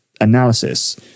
analysis